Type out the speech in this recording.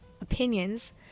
opinions